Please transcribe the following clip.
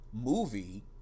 movie